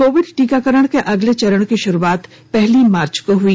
Covid टीकाकरण के अगले चरण की शुरुआत पहली मार्च को हुई